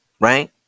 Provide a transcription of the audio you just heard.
right